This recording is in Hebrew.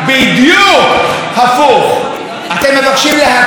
אתם מבקשים להצר את הדמוקרטיה הישראלית,